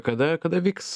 kada kada vyks